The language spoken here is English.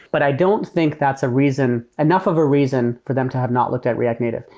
but i don't think that's a reason, enough of a reason for them to have not looked at react native.